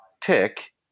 tick